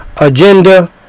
agenda